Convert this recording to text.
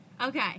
Okay